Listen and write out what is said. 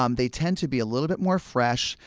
um they tend to be a little bit more fresh.